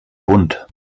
bunt